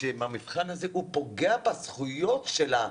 שעם המבחן הזה הוא פוגע בזכויות של הסטודנט?